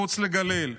מחוץ לגליל?